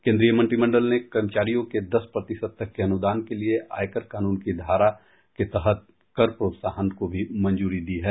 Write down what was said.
केन्द्रीय मंत्रिमंडल ने कर्मचारियों के दस प्रतिशत तक के अनुदान के लिए आयकर कानून की धारा के तहत कर प्रोत्साहन को भी मंजूरी दी है